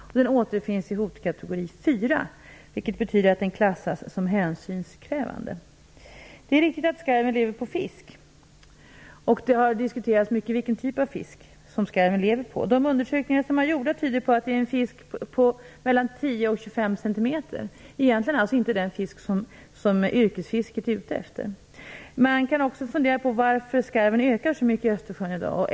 Den återfinns i hotkategori 4, vilket betyder att den klassas som hänsynskrävande. Det är riktigt att skarven lever på fisk. Det har diskuterats mycket vilket typ av fisk som skarven lever på. De undersökningar som är gjorda tyder på att det är fisk som är 10-25 cm. Det är egentligen alltså inte den fisk som yrkesfisket är ute efter. Man kan också fundera över varför skarven ökar så mycket i Östersjön i dag.